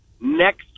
next